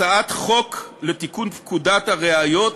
הצעת חוק לתיקון פקודת הראיות